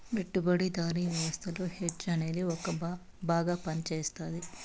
పెట్టుబడిదారీ వ్యవస్థలో హెడ్జ్ అనేది బాగా పనిచేస్తది